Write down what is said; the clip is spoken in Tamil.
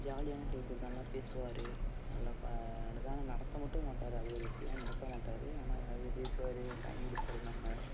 ஜாலியான டைப் நல்லா பேசுவார் நல்லா நடத்த மட்டும் மாட்டார் அது ஒரு விஷயம் நடத்த மாட்டார் ஆனால் அதிகம் பேசுவார் டைம் கொடுப்பாரு எல்லாம் பண்ணுவார்